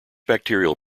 bacterial